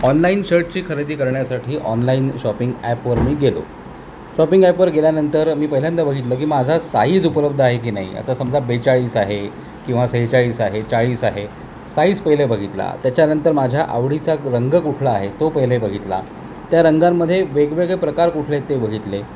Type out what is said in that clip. online शर्टची खरेदी करण्यासाठी ऑनलाईन शॉपिंग ॲप वर मी गेलो शॉपिंग ॲप वर गेल्यानंतर मी पहिल्यांदा बघितलं की माझा साईज उपलब्ध आहे की नाही आता समजा बेचाळीस आहे किंवा सेहचाळीस आहे चाळीस आहे साईज पहिले बघितला त्याच्यानंतर माझ्या आवडीचा रंग कुठला आहे तो पहिले बघितला त्या रंगांमध्ये वेगवेगळे प्रकार कुठले ते बघितले